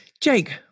Jake